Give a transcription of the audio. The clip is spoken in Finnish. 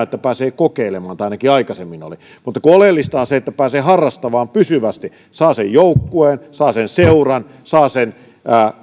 että pääsee kokeilemaan tai ainakin aikaisemmin oli mutta kun oleellista on se että pääsee harrastamaan pysyvästi saa sen joukkueen saa sen seuran saa sen